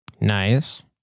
Nice